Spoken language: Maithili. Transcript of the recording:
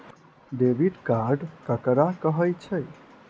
डेबिट कार्ड ककरा कहै छै?